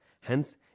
Hence